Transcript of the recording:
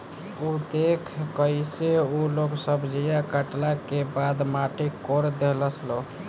उ देखऽ कइसे उ लोग सब्जीया काटला के बाद माटी कोड़ देहलस लो